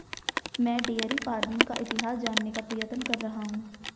मैं dairy farming का इतिहास जानने का प्रयत्न कर रहा हूं